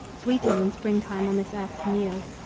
sweeter than spring-time on this earth can yield.